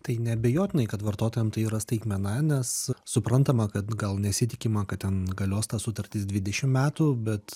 tai neabejotinai kad vartotojam tai yra staigmena nes suprantama kad gal nesitikima kad ten galios ta sutartis dvidešim metų bet